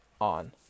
on